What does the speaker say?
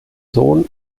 sohn